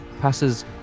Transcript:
passes